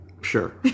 Sure